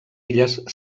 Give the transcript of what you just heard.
illes